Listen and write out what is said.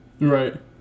Right